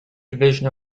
division